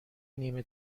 نیمه